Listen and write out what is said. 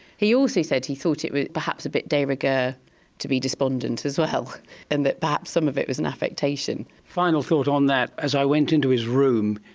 he also said he thought it was perhaps a bit de rigueur to be despondent as well and that perhaps some of it was an affectation. a final thought on that as i went into his room,